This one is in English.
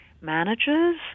managers